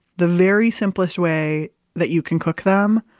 the very simplest way that you can cook them,